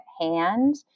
hand